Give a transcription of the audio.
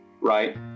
right